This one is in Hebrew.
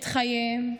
את חייהם,